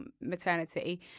maternity